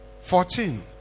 Fourteen